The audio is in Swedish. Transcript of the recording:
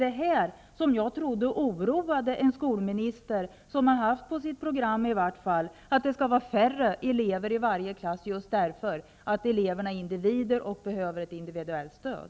Jag trodde att detta oroade en skolminister som i varje fall på sitt program har haft att det skall vara färre elever i varje klass, därför att elever är individer och behöver individuellt stöd.